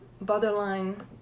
borderline